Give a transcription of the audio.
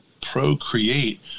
procreate